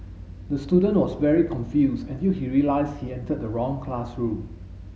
the student was very confused until he realised he entered the wrong classroom